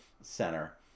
Center